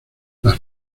las